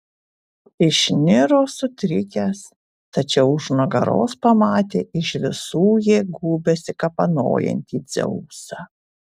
išniro sutrikęs tačiau už nugaros pamatė iš visų jėgų besikapanojantį dzeusą